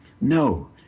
No